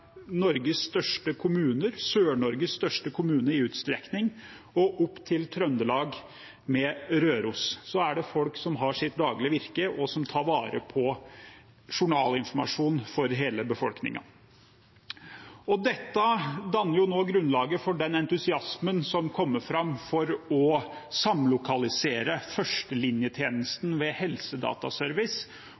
Norges største kommuner, Sør-Norges største kommune i utstrekning, og opp til Trøndelag med Røros er det folk som har sitt daglige virke, og som tar vare på journalinformasjon for hele befolkningen. Dette danner nå grunnlaget for den entusiasmen som kommer fram for å samlokalisere førstelinjetjenesten ved Helsedataservice,